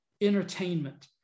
entertainment